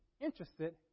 interested